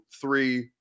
three